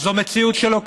זו מציאות שלא קיימת.